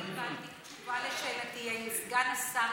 עדיין לא קיבלתי תשובה על שאלתי האם סגן השר